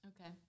Okay